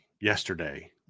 yesterday